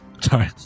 Sorry